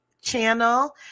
channel